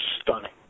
stunning